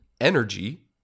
energy